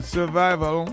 Survival